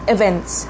Events